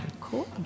Cool